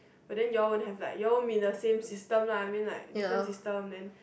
but then you'll won't have like y’all won't be in the same system lah I mean like different system then